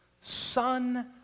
son